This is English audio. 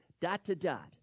Dot-to-dot